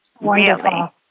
Wonderful